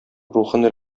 рухын